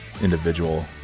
individual